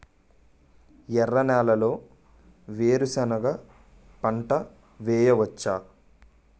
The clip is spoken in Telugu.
ఎర్ర నేలలో వేరుసెనగ పంట వెయ్యవచ్చా?